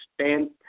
stand